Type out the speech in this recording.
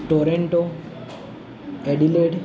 Toronto cadillac